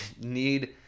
need